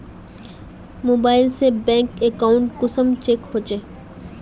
Mobile से bank account कुंसम check होचे?